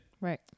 Right